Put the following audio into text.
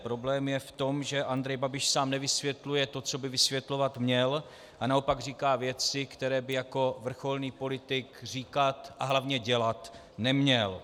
Problém je v tom, že Andrej Babiš sám nevysvětluje to, co by vysvětlovat měl, a naopak říká věci, které by jako vrcholný politik říkat a hlavně dělat neměl.